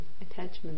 attachment